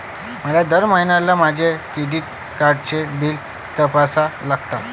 मला दर महिन्याला माझ्या क्रेडिट कार्डची बिले तपासावी लागतात